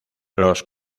los